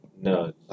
No